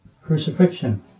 Crucifixion